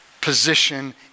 position